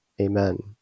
Amen